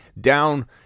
down